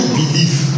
believe